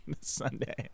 sunday